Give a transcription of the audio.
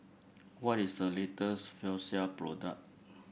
what is the latest Floxia product